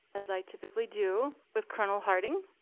as i typically do, with colonel harding.